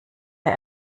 der